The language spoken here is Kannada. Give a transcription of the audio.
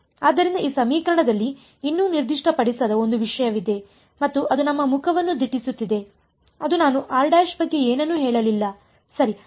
ಆದ್ದರಿಂದ ಈ ಸಮೀಕರಣದಲ್ಲಿ ಇನ್ನೂ ನಿರ್ದಿಷ್ಟಪಡಿಸದ ಒಂದು ವಿಷಯವಿದೆ ಮತ್ತು ಅದು ನಮ್ಮ ಮುಖವನ್ನು ದಿಟ್ಟಿಸುತ್ತಿದೆ ಅದು ನಾನು ಬಗ್ಗೆ ಏನನ್ನೂ ಹೇಳಲಿಲ್ಲ ಸರಿ